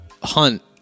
hunt